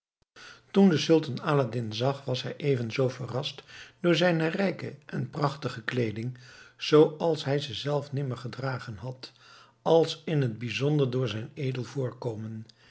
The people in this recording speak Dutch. toen de sultan aladdin zag was hij even zoo verrast door zijn rijke en prachtige kleeding zooals hij ze zelf nimmer gedragen had als in t bijzonder door zijn edel voorkomen